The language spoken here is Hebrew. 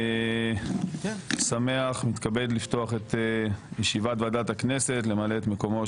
אני שמח מתכבד לפתוח את ישיבת ועדת הכנסת למלא את מקומו